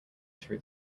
through